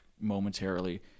momentarily